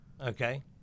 Okay